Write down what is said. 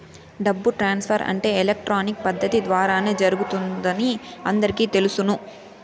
డబ్బు ట్రాన్స్ఫర్ అంటే ఎలక్ట్రానిక్ పద్దతి ద్వారానే జరుగుతుందని అందరికీ తెలుసును